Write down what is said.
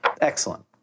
Excellent